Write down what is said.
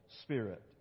spirit